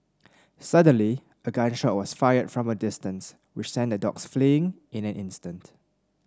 suddenly a gun shot was fired from distance which sent the dogs fleeing in an instant